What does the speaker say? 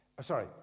Sorry